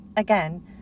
Again